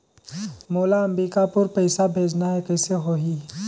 मोला अम्बिकापुर पइसा भेजना है, कइसे होही?